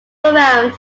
around